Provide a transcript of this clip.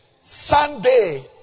Sunday